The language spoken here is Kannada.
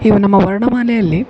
ಇವು ನಮ್ಮ ವರ್ಣಮಾಲೆಯಲ್ಲಿ